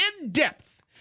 in-depth